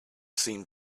seemed